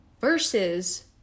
versus